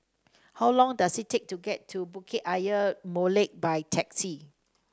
how long does it take to get to Bukit Ayer Molek by taxi